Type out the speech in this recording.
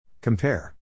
Compare